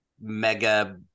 mega